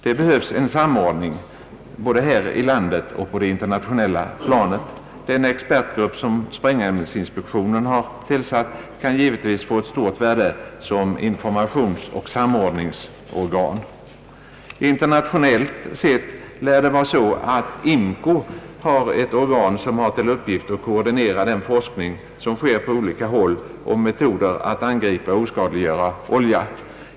Det behövs en samordning här i landet och på det internationella planet. Den expertgrupp som sprängämnesinspektionen har tillsatt kan givetvis få stort värde som informationsoch samordningsorgan. Internationellt sett lär det vara på det sättet att IMCO har ett organ som har till uppgift att koordinera den forskning som sker på olika håll om metoder att angripa och oskadliggöra olja.